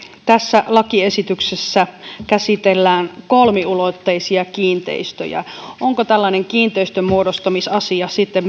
tässä lakiesityksessä käsitellään kolmiulotteisia kiinteistöjä onko tällainen kiinteistönmuodostamisasia sitten